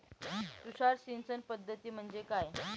तुषार सिंचन पद्धती म्हणजे काय?